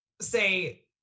say